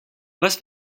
was